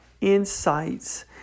insights